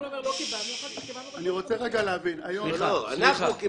אנחנו לא